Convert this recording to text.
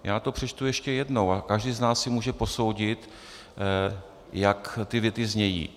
A já to přečtu ještě jednou a každý z nás si může posoudit, jak ty věty znějí.